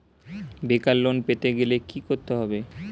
বেকার লোন পেতে গেলে কি করতে হবে?